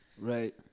right